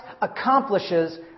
accomplishes